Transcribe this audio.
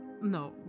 No